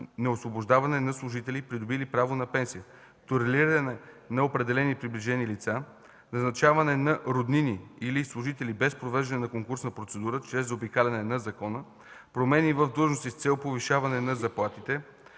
неосвобождаване на служители, придобили право на пенсия; толериране на определени приближени лица; назначаване на роднини или служители без провеждане на конкурсна процедура, чрез заобикаляне на закона; промени в длъжности „с цел повишаване на заплатите”;